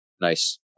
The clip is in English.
Nice